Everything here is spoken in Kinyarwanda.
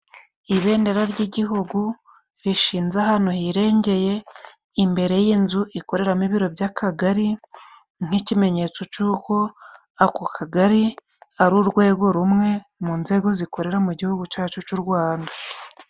Ibendera ry'igihugu rishinze ahantu hirengeye imbere y'inzu ikoreramo ibiro by'akagari, nk'ikimenyetso c'uko ako kagari ari urwego rumwe mu nzego zikorera mu gihugu cacu c'u Rwanda.